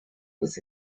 was